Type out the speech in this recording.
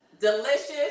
delicious